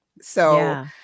So-